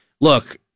Look